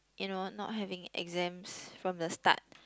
you know not having exams from the start